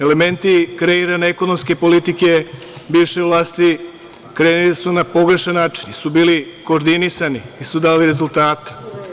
Elementi kreirane ekonomske politike bivše vlasti kreirani su na pogrešan način, nisu bili koordinisani, nisu dali rezultate.